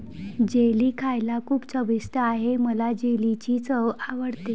jelly खायला खूप चविष्ट आहे मला जेलीची चव आवडते